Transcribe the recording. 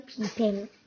peeping